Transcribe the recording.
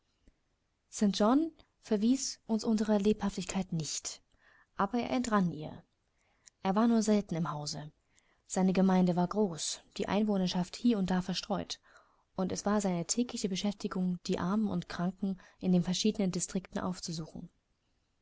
john verwies uns unsere lebhaftigkeit nicht aber er entrann ihr er war nur selten im hause seine gemeinde war groß die einwohnerschaft hie und da verstreut und es war seine tägliche beschäftigung die armen und kranken in den verschiedenen distrikten aufzusuchen